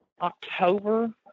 october